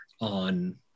on